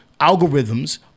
algorithms